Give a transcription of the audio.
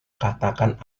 katakan